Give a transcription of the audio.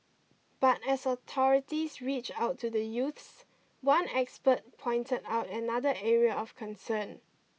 but as authorities reach out to the youths one expert pointed out another area of concern